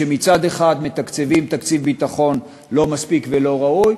שמצד אחד מתקצבים תקציב ביטחון לא מספיק ולא ראוי